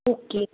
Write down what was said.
okay